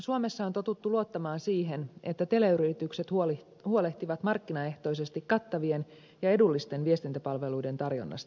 suomessa on totuttu luottamaan siihen että teleyritykset huolehtivat markkinaehtoisesti kattavien ja edullisten viestintäpalveluiden tarjonnasta